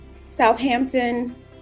Southampton